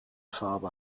farbe